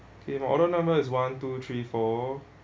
okay my order number is one two three four